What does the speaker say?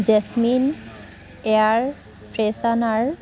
jasmine air freshener